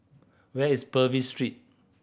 where is Purvis Street